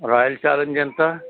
royal Challenge ఎంత